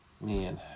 Man